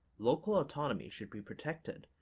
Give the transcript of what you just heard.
local autonomy should be protected,